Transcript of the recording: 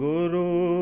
Guru